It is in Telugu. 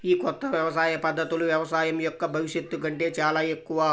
ఈ కొత్త వ్యవసాయ పద్ధతులు వ్యవసాయం యొక్క భవిష్యత్తు కంటే చాలా ఎక్కువ